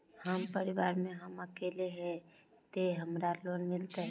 हम परिवार में हम अकेले है ते हमरा लोन मिलते?